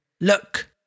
Look